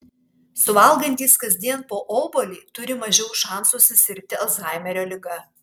suvalgantys kasdien po obuolį turi mažiau šansų susirgti alzhaimerio liga